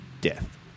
death